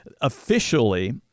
officially